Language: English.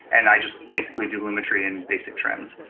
and i just basically do lumetri and basic trims.